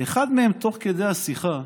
אחד מהם, תוך כדי השיחה,